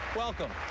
welcome.